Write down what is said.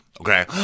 Okay